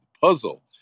puzzle